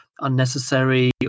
unnecessary